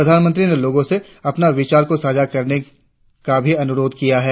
प्रधानमंत्री ने लोगों से अपने विचारों को साझा करने का भी अनुरोध किया है